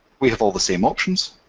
we have all the same options.